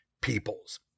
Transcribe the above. peoples